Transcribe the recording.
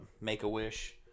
Make-A-Wish